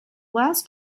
last